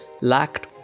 lacked